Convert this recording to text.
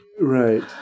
Right